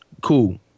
Cool